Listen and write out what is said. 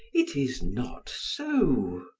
it is not so.